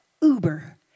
uber